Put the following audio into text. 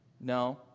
No